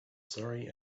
surrey